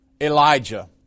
Elijah